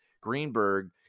Greenberg